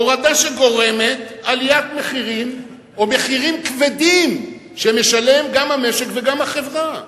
הורדה שגורמת מחירים כבדים שמשלמים גם המשק וגם החברה.